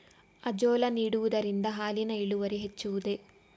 Azolla ನೀಡುವುದರಿಂದ ಹಾಲಿನ ಇಳುವರಿ ಹೆಚ್ಚುವುದೇ?